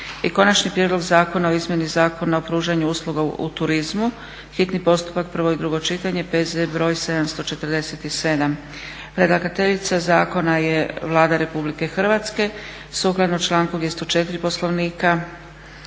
- Konačni prijedlog zakona o izmjeni Zakona o pružanju usluga u turizmu, hitni postupak, prvo i drugo čitanje, P.Z. br. 747 Predlagateljica zakona je Vlada RH. Sukladno članku 204. Poslovnika